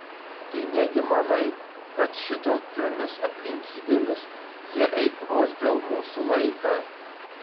tai negi manai kad šitokiomis aplinkybėmis jie eikvos dėl mūsų laiką